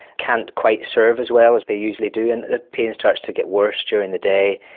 can't quite serve as well as they usually do, and the pain starts to get worse during the day,